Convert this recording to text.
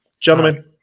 gentlemen